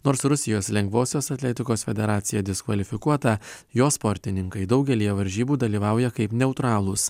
nors rusijos lengvosios atletikos federacija diskvalifikuota jos sportininkai daugelyje varžybų dalyvauja kaip neutralūs